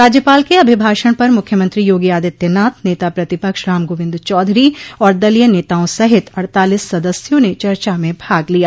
राज्यपाल के अभिभाषण पर मख्यमंत्री योगी आदित्यनाथ नेता प्रतिपक्ष रामगोविन्द चौधरी और दलीय नेताओं सहित अड़तालीस सदस्यों ने चर्चा में भाग लिया